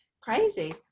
crazy